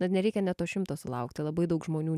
net nereikia net šimto sulaukti labai daug žmonių